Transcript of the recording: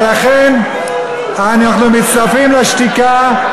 ולכן אנחנו מצטרפים לשתיקה,